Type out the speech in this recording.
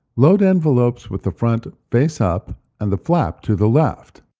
load envelopes with the front face-up and the flap to the left.